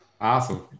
Awesome